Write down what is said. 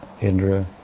Indra